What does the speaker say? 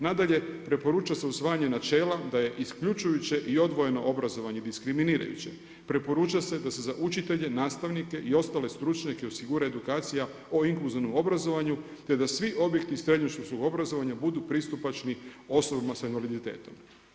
Nadalje, preporuča se usvajanje načela da je isključujuće i odvojeno obrazovanje diskriminirajuće, preporuča se da se za učitelje, nastavnike i ostale stručnjake osigura edukacija o inkulzivnom obrazovanju te da svi objekti srednjoškolskog obrazovanja budu pristupačni osobama sa invaliditetom.